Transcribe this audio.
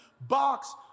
box